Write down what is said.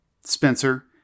Spencer